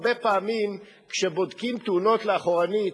הרבה פעמים כשבודקים תאונות אחורנית,